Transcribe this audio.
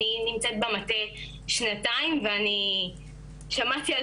אני נמצאת במטה שנתיים ואני שמעתי על